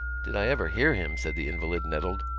did i ever hear him! said the invalid, nettled.